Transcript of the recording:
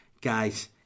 Guys